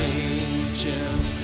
angels